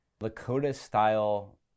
Lakota-style